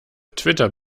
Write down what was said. twitter